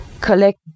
collect